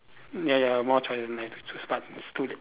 ya ya more choices like to start to